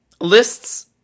lists